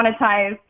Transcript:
monetize